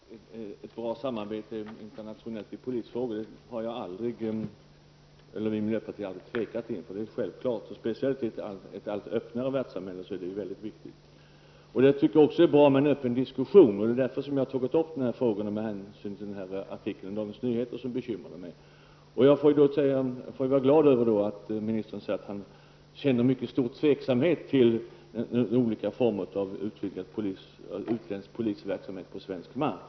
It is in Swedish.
Fru talman! Det är självklart att vi måste ha ett bra internationellt samarbete i polisiära frågor. Det har vi i miljöpartiet aldrig tvekat inför. Speciellt i ett allt öppnare världssamhälle är det mycket viktigt. Det är också bra med en öppen diskussion, och det är därför som jag har tagit upp dessa frågor, som bekymrade mig mot bakgrund av artikeln i Dagens Nyheter. Jag får vara glad över att statsrådet säger att man känner mycket tveksamhet till olika former av utländsk polisverksamhet på svensk mark.